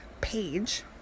page